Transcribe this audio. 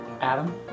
adam